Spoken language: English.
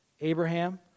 Abraham